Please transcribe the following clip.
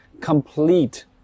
complete